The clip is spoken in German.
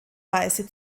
weise